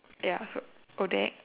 ya so ODAC